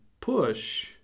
push